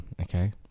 okay